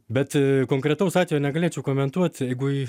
bet konkretaus atvejo negalėčiau komentuot jeigu